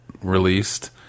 released